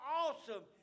awesome